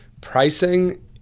pricing